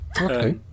Okay